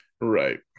right